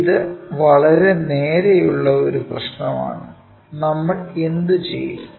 ഇത് വളരെ നേരെയുള്ള ഒരു പ്രശ്നമാണ് നമ്മൾ എന്തു ചെയ്യും